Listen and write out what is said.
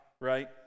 right